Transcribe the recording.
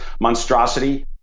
monstrosity